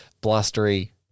blustery